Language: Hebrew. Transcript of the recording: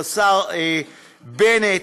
לשר בנט,